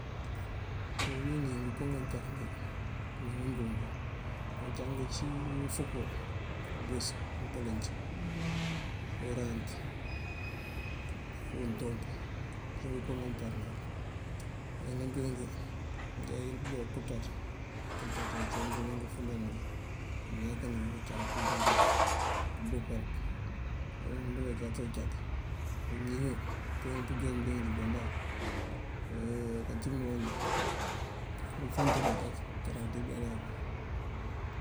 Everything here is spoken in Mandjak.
Ti bëëwinjí ngënko ngáancárëngi náaangaanjongi ací: ufúukú, ubus umpëlënc, orant, untuump unciwun ngënko ngaancarëngi mak ngaanjongi unkopëţaţ aci unwacu ngëëfúndand mëëŋal kënjá woko cátaţ bëëyandar, umboopal umëënţúwun mëëŋal këënjá oko kacátá këcátá, uñiñu peewun pënjon námbëëyandar kátim uwël, ngëëfanta ngiinkak cáraţ bëëyandar.